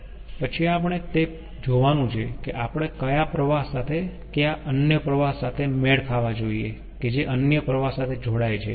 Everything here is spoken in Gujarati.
પછી આપણે તે જોવાનું છે કે આપણે કયા પ્રવાહ સાથે કયા અન્ય પ્રવાહ સાથે મેળ ખાવા જોઈએ કે જે અન્ય પ્રવાહ સાથે જોડાય છે